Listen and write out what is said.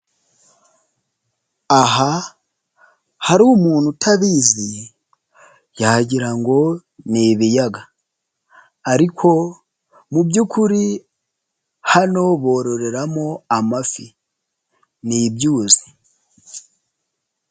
Aha hari umuntu utabizi yagira ngo ni ibiyaga. Ariko mu by'ukuri hano bororeramo amafi. Ni ibyuzi.